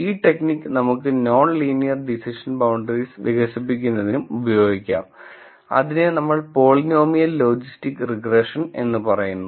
ഈ ടെക്നിക് നമുക്ക് non linear decision boundaries വികസിപ്പിക്കുനതിനും ഉപയോഗിക്കാം അതിനെ നമ്മൾ പോളിനോമിയൽ ലോജിസ്റ്റിക് റിഗ്രെഷൻ എന്ന് പറയുന്നു